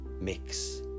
mix